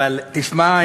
אבל תשמע,